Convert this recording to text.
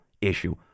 issue